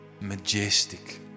majestic